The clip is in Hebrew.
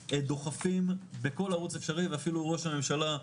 דוחפים בכל ערוץ אפשרי ואפילו ראש הממשלה,